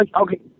okay